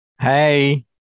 Hey